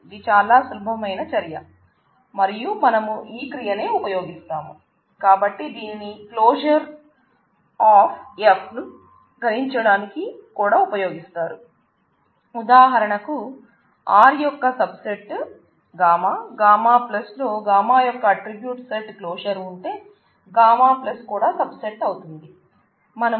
ఇది చాలా సులభమైన చర్య మరియు మనం ఈ క్రియనే ఉపయోగిస్తాం